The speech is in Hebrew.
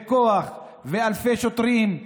כוח, אלפי שוטרים,